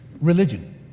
religion